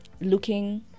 looking